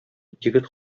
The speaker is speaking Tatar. егет